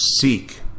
seek